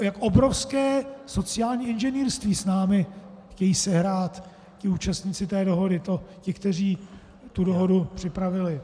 Jak obrovské sociální inženýrství s námi chtějí sehrát účastníci té dohody, ti, kteří tu dohodu připravili.